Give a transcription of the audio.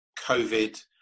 COVID